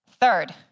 Third